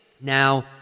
Now